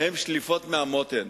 הן שליפות מהמותן.